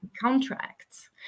contracts